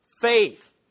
faith